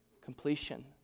Completion